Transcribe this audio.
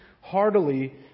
heartily